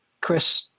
Chris